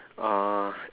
uh